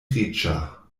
riĉa